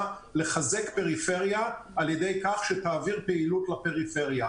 לחזק פריפריה על ידי כך שתעביר פעילות לפריפריה.